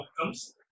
outcomes